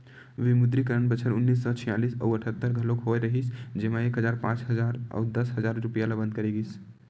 विमुद्रीकरन बछर उन्नीस सौ छियालिस अउ अठत्तर घलोक होय रिहिस जेमा एक हजार, पांच हजार अउ दस हजार रूपिया ल बंद करे गिस